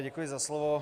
Děkuji za slovo.